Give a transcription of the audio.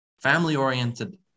family-oriented